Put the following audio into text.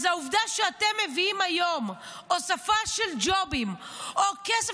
אז העובדה שאתם מביאים היום הוספה של ג'ובים או כסף,